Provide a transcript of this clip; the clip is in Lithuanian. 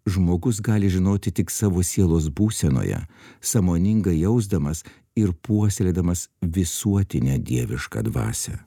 žmogus gali žinoti tik savo sielos būsenoje sąmoningai jausdamas ir puoselėdamas visuotinę dievišką dvasią